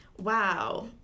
wow